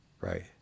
Right